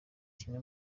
kimwe